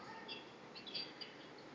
okay